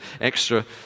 extra